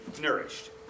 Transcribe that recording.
nourished